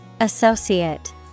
Associate